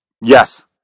Yes